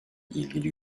ilgili